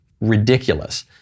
ridiculous